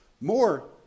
more